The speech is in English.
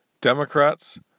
Democrats